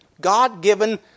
God-given